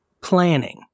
Planning